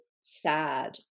sad